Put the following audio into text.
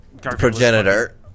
progenitor